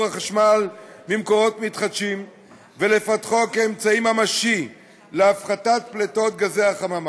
החשמל ממקורות מתחדשים ולפתחו כאמצעי ממשי להפחתת פליטות גזי החממה.